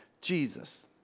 Jesus